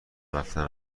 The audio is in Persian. رفتن